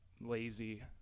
lazy